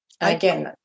Again